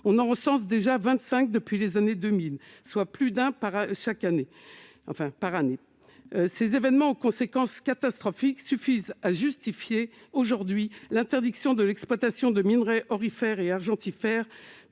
On en recense déjà vingt-cinq depuis 2000, soit plus d'un par an. Ces événements aux conséquences catastrophiques suffisent à justifier, aujourd'hui, l'interdiction de l'exploitation de minerais aurifères et argentifères